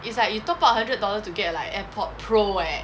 it's like you top up hundred dollars to get like airpods pro eh